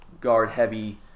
guard-heavy